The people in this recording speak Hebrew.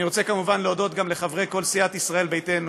אני רוצה כמובן להודות גם לכל חברי סיעת ישראל ביתנו,